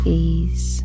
ease